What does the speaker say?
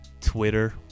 twitter